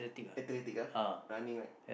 athletic ah running right